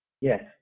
Yes